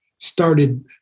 started